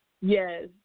Yes